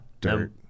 Dirt